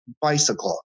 bicycle